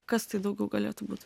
kas tai daugiau galėtų būt